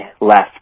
left